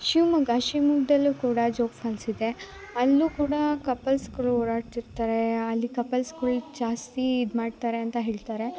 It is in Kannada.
ಶಿವಮೊಗ್ಗ ಶಿವಮೊಗ್ದಲ್ಲು ಕೂಡ ಜೋಗ ಫಾಲ್ಸ್ ಇದೆ ಅಲ್ಲು ಕೂಡ ಕಪಲ್ಸ್ಗಳು ಓಡಾಡ್ತಿರ್ತಾರೆ ಅಲ್ಲಿ ಕಪಲ್ಸ್ಗಳ್ ಜಾಸ್ತಿ ಇದು ಮಾಡ್ತಾರೆ ಅಂತ ಹೇಳ್ತಾರೆ